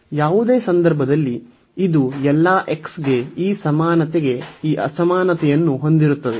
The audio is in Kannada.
ಯಾವುದೇ ಸಂದರ್ಭದಲ್ಲಿ ಇದು ಎಲ್ಲ x ಗೆ ಈ ಸಮಾನತೆಗೆ ಈ ಅಸಮಾನತೆಯನ್ನು ಹೊಂದಿರುತ್ತದೆ